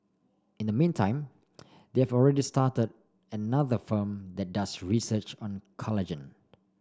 in the meantime they have already started another firm that does research on collagen